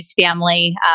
family